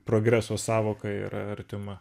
progreso sąvoka yra artima